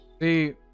See